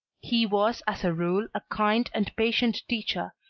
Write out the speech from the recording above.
he was as a rule a kind and patient teacher,